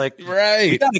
Right